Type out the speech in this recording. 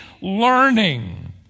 learning